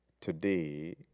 today